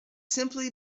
simply